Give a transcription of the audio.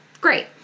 great